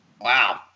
Wow